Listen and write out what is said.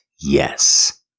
Yes